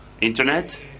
internet